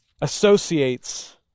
associates